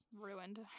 ruined